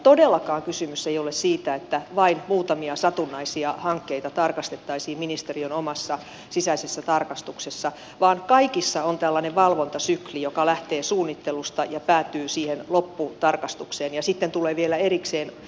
todellakaan kysymys ei ole siitä että vain muutamia satunnaisia hankkeita tarkastettaisiin ministeriön omassa sisäisessä tarkastuksessa vaan kaikissa on tällainen valvontasykli joka lähtee suunnittelusta ja päätyy siihen lopputarkastukseen ja sitten tulee vielä erikseen evaluointi